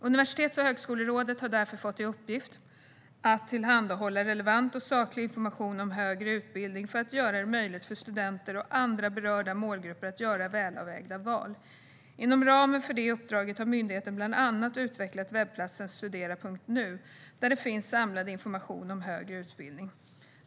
Universitets och högskolerådet har därför fått i uppgift att tillhandahålla relevant och saklig information om högre utbildning för att göra det möjligt för studenter och andra berörda målgrupper att göra välavvägda val. Inom ramen för det uppdraget har myndigheten bland annat utvecklat webbplatsen studera.nu där det finns samlad information om högre utbildning.